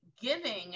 giving